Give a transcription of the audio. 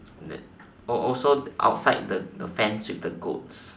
is it oh also outside the the fence with the goats